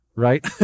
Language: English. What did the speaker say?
Right